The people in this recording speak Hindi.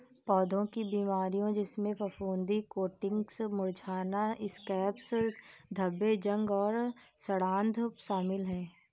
पौधों की बीमारियों जिसमें फफूंदी कोटिंग्स मुरझाना स्कैब्स धब्बे जंग और सड़ांध शामिल हैं